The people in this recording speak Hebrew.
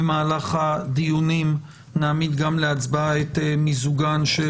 במהלך הדיונים נעמיד להצבעה את מיזוגן של